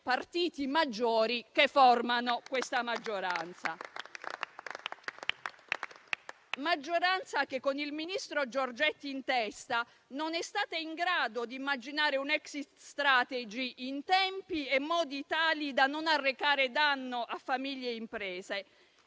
partiti maggiori che formano questa maggioranza. Questa maggioranza, con il ministro Giorgetti in testa, non è stata in grado di immaginare una *exit strategy* in tempi e modi tali da non arrecare danno a famiglie e imprese.